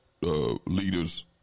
leaders